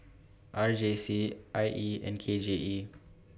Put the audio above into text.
R J C I E and K J E